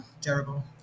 terrible